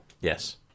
Yes